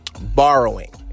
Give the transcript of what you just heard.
borrowing